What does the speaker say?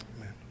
Amen